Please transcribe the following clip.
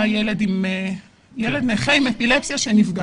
היה ילד נכה עם אפילפסיה שנפגע.